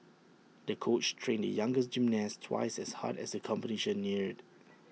the coach trained the young gymnast twice as hard as the competition neared